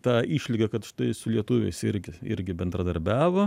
tą išlygą kad štai su lietuviais irgi irgi bendradarbiavo